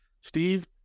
Steve